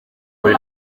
muri